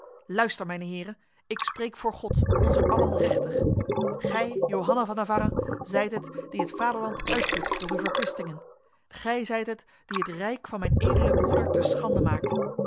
luister mijne heren ik spreek voor god onzer allen rechter gij johanna van navarra zijt het die het vaderland uitput door uw verkwistingen gij zijt het die het rijk van mijn edele broeder te schande maakt